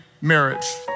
marriage